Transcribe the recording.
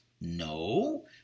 No